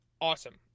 awesome